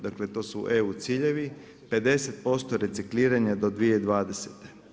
Dakle, to su eu ciljevi, 50% recikliranja do 2020.